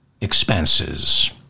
expenses